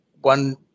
one